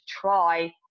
try